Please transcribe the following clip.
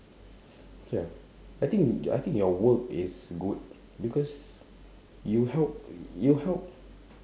ya I think y~ I think your work is good because you help y~ you help